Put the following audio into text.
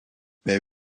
wij